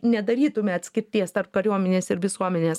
nedarytume atskirties tarp kariuomenės ir visuomenės